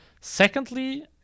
Secondly